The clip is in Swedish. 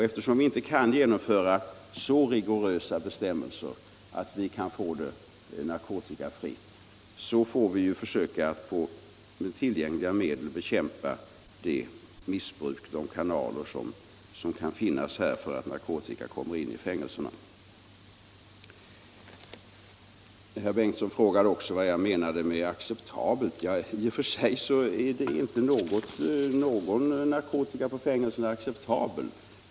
Eftersom vi inte kan genomföra så rigorösa bestämmelser att det kan bli narkotikafritt, får vi försöka att med tillgängliga medel bekämpa missbruket och de kanaler som kan finnas för att ta in narkotika i fängelserna. Herr Bengtsson i Göteborg frågade vad jag menade med acceptabelt. I och för sig är inte någon narkotika vid fängelserna acceptabel.